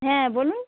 হ্যাঁ বলুন